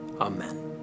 Amen